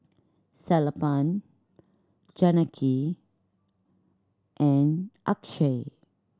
Sellapan Janaki and Akshay